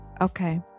okay